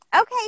Okay